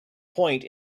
point